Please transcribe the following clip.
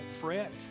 fret